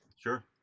Sure